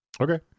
Okay